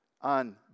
on